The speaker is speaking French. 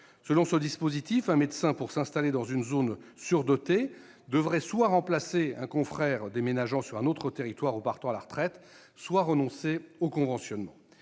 Selon ce mécanisme, un médecin, pour s'installer dans une zone surdotée, devrait soit remplacer un confrère déménageant sur un autre territoire ou partant à la retraite, soit renoncer au conventionnement.